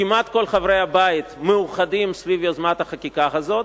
כמעט כל חברי הבית מאוחדים סביב יוזמת החקיקה הזאת.